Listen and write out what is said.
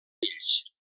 fills